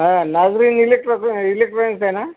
हा नाझरीन इलेक्ट्रॉ इलेक्ट्रॉनिक्स आहे ना